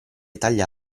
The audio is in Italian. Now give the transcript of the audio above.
taglia